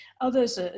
Others